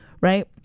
Right